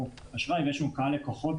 להחזיר את הכלכלה עכשיו למסלול.